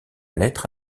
lettre